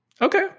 Okay